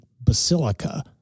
basilica